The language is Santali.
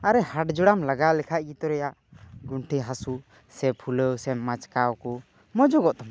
ᱟᱨ ᱦᱟᱴ ᱡᱚᱲᱟᱢ ᱞᱟᱜᱟᱣ ᱞᱮᱠᱷᱟᱡ ᱜᱤᱛᱚ ᱨᱮᱭᱟᱜ ᱜᱩᱴᱷᱤ ᱦᱟᱹᱥᱩ ᱥᱮ ᱯᱷᱩᱞᱟᱹᱣ ᱥᱮ ᱢᱟᱪ ᱠᱟᱣ ᱠᱚ ᱢᱚᱡᱚᱜ ᱛᱟᱢᱟ